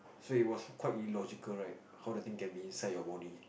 so it was quite illogical right how the thing can be inside your body